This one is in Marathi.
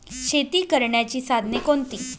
शेती करण्याची साधने कोणती?